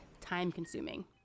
time-consuming